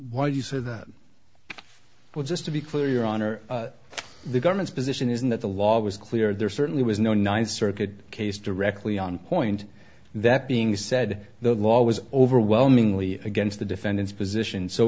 why do you say well just to be clear your honor the government's position isn't that the law was clear there certainly was no ninth circuit case directly on point that being said the law was overwhelmingly against the defendant's position so